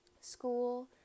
school